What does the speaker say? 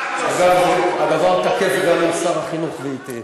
אגב, הדבר תקף גם עם שר החינוך ואתי.